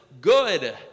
good